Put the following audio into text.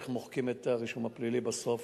איך מוחקים את הרישום הפלילי בסוף,